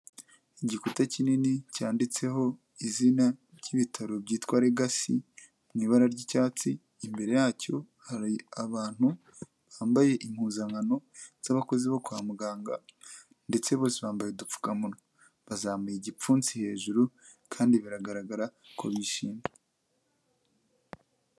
Igikuta kinini cyanditseho izina ry'ibitaro byitwa Legacy mu ibara ry'icyatsi, imbere yacyo hari abantu bambaye impuzankano z'abakozi bo kwa muganga ndetse bose bambaye udupfukamunwa, bazamuye igipfunsi hejuru kandi biragaragara ko bishimye.